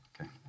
okay